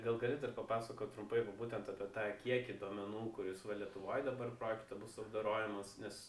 gal gali dar papasakot trumpai va būtent apie tą kiekį duomenų kuris va lietuvoj dabar projekte bus apdorojamas nes